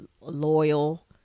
loyal